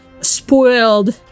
spoiled